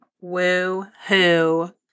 Woo-hoo